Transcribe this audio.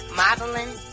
modeling